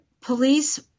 police